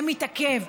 זה מתעכב.